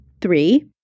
Three